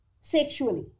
sexually